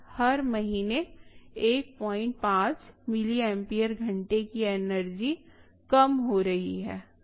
हर महीने 15 मिलिम्पियर घंटे की एनर्जी कम हो रही है